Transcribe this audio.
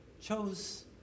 chose